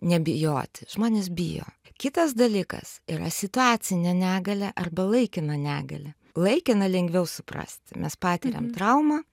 nebijoti žmonės bijo kitas dalykas yra situacinė negalia arba laikina negalia laikiną lengviau suprasti mes patiriam traumą